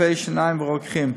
רופאי שיניים ורוקחים.